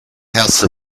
house